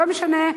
לא משנה,